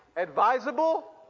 advisable